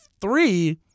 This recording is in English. three